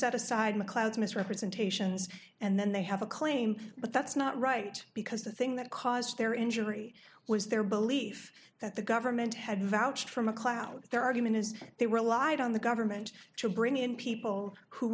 set aside mcleod's misrepresentations and then they have a claim but that's not right because the thing that caused their injury was their belief that the government had vouched for macleod their argument is that they relied on the government to bring in people who